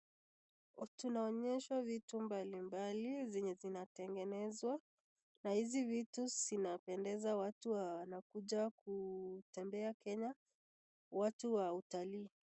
Tunaonyeshwa vitu mbali mbali, zenye zinatengenezwa. Na hizi vitu zinapendeza watu wanakuja kutembea Kenya watu wa utalii.